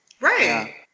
right